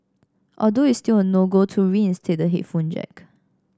although it's still a no go to reinstate the headphone jack